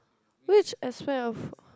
which aspect of